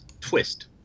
twist